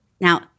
Now